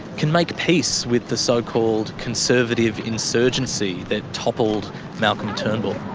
can make peace with the so-called conservative insurgency that toppled malcolm turnbull.